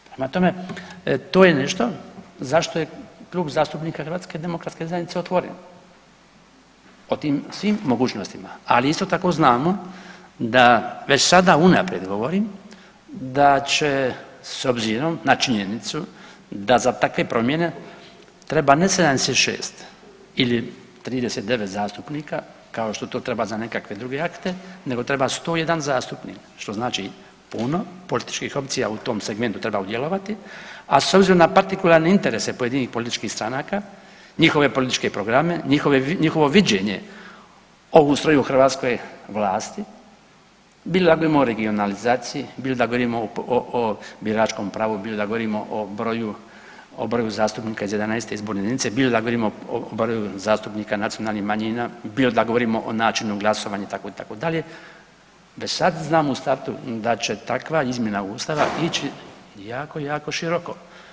Prema tome, to je nešto zašto je Klub zastupnika HDZ-a otvoren o tim svim mogućnostima, ali isto tako znamo da već sada unaprijed govorim da će s obzirom na činjenicu da za takve promjene treba ne 76 ili 39 zastupnika, kao što to treba za nekakve druge akte, nego treba 101 zastupnik, što znači puno političkih opcija u tom segmentu trebaju djelovati, a s obzirom na partikularne interese pojedinih političkih stranaka, njihove političke programe, njihovo viđenje o ustroju o hrvatskoj vlasti bilo da govorimo o regionalizaciji, bilo da govorimo o biračkom pravu, bilo da govorimo o broju zastupnika iz 11. izborne jedinice, bilo da govorimo o broju zastupnika nacionalnih manjina, bilo da govorimo o načinu glasovanja itd., itd., da i sad znamo u startu da će takva izmjena Ustava ići jako, jako široko.